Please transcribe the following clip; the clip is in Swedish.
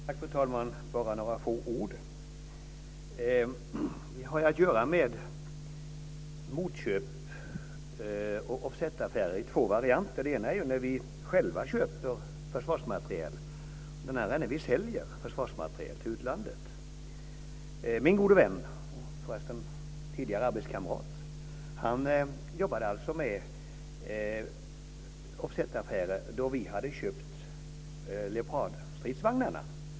Fru talman! Jag ska bara säga några få ord. Vi har ju att göra med motköps och offsetaffärer i två varianter. Den ena är när vi själva köper försvarsmateriel, och den andra är när vi säljer försvarsmateriel till utlandet. Min gode vän och tidigare arbetskamrat jobbade med offsetaffärer då vi hade köpt Leopardstridsvagnarna.